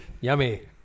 Yummy